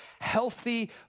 healthy